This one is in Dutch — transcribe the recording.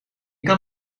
kan